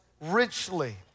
richly